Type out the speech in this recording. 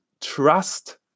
trust